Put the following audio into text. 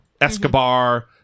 Escobar